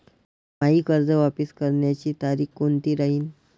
मायी कर्ज वापस करण्याची तारखी कोनती राहीन?